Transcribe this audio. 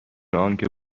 آنکه